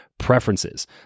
Preferences